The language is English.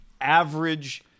average